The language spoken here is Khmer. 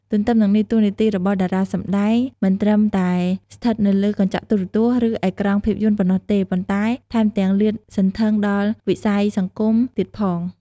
ទទ្ទឹមនឹងនេះ តួនាទីរបស់តារាសម្ដែងមិនត្រឹមតែស្ថិតនៅលើកញ្ចក់ទូរទស្សន៍ ឬអេក្រង់ភាពយន្តប៉ុណ្ណោះទេ ប៉ុន្តែថែមទាំងលាតសន្ធឹងដល់ វិស័យសង្គម ទៀតផង។